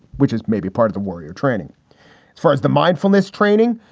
which is maybe part of the warrior training for as the mindfulness training.